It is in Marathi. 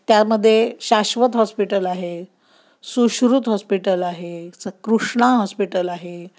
त्यामध्ये शाश्वत हॉस्पिटल आहे सुश्रुत हॉस्पिटल आहे स कृष्णा हॉस्पिटल आहे